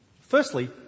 Firstly